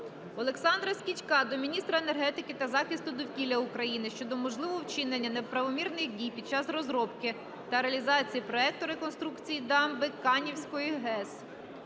Олександра Скічка до міністра енергетики та захисту довкілля України щодо можливого вчинення неправомірних дій під час розробки та реалізації проекту реконструкції дамби Канівської ГЕС.